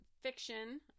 fiction